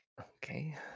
Okay